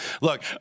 look